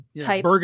type